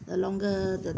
the longer the